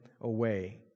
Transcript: away